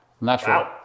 natural